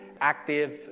active